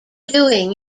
doing